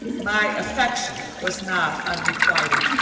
my affection was not unrequited.